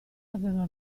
aveva